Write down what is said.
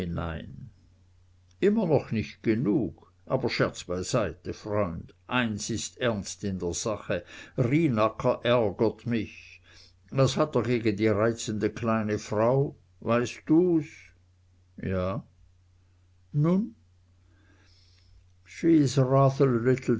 immer noch nicht genug aber scherz beiseite freund eines ist ernst in der sache rienäcker ärgert mich was hat er gegen die reizende kleine frau weißt du's ja nun